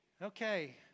Okay